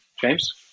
James